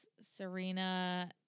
Serena